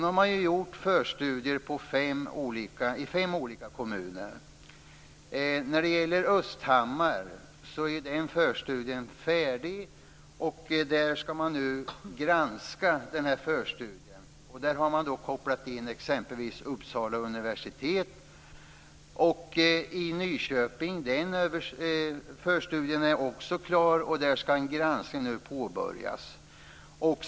Nu har man gjort förstudier i fem olika kommuner. Förstudien i Östhammar är färdig och den skall man nu granska. Där har man kopplat in exempelvis Uppsala universitet. Förstudien i Nyköping är också klar. Där skall en granskning nu påbörjas.